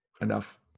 enough